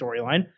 storyline